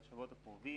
בשבועות הקרובים